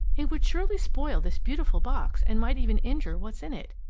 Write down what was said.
it would surely spoil this beautiful box and might even injure what's in it.